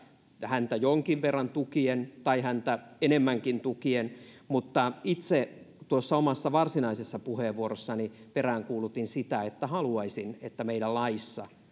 häntä jonkin verran tukien tai häntä enemmänkin tukien mutta itse tuossa omassa varsinaisessa puheenvuorossani peräänkuulutin sitä että haluaisin että meillä laissa